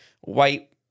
white